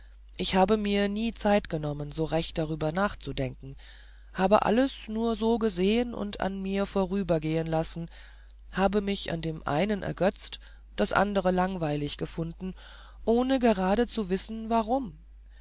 ich habe mir nie zeit genommen so recht darüber nachzudenken habe alles nur so gesehen und an mir vorübergehen lassen habe mich an dem einen ergötzt das andere langweilig gefunden ohne gerade zu wissen warum